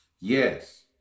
Yes